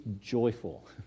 joyful